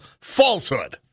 falsehood